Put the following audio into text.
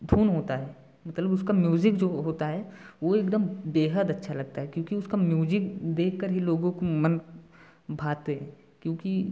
धुन होता है मतलब उसका म्यूज़िक जो होता है वो एकदम बेहद अच्छा लगता है क्योंकि उसका म्यूजिक देखकर ही लोगों का मन भाते क्योंकि